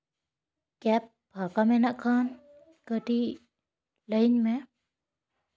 cab ᱯᱷᱟᱸᱠᱟ ᱢᱮᱱᱟᱜ ᱠᱷᱟᱱ ᱠᱟᱹᱴᱤᱡ ᱞᱟᱹᱭᱟᱹᱧ ᱢᱮ